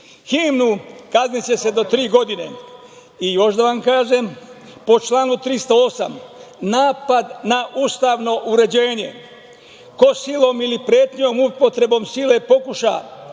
himnu, kazniće se do tri godine. Još da vam kažem, po članu 308, napad na ustavno uređenje – ko silom ili pretnjom, upotrebom sile pokuša